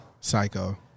Psycho